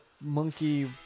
monkey